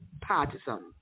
partisan